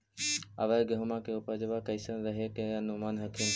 अबर गेहुमा के उपजबा कैसन रहे के अनुमान हखिन?